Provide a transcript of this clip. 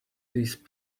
these